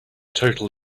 total